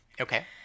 okay